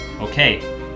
Okay